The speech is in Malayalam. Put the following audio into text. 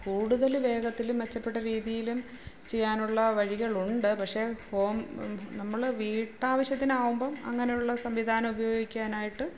കൂടുതൽ വേഗത്തിൽ മെച്ചപ്പെട്ട രീതിയിലും ചെയ്യാനുള്ള വഴികളുണ്ട് പക്ഷെ ഹോം നമ്മൾ വീട്ടാവശ്യത്തിനാകുമ്പം അങ്ങനെയുള്ള സംവിധാനം ഉപയോഗിക്കാനായിട്ട്